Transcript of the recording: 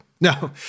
No